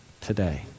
today